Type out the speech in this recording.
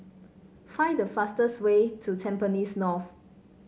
find the fastest way to Tampines North